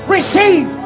Receive